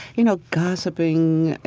you know, gossiping,